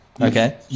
Okay